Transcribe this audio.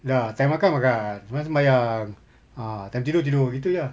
dah time makan makan sembahyang sembahyang ah time tidur tidur itu jer lah